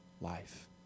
life